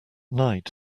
night